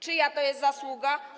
Czyja to jest zasługa?